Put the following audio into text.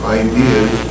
ideas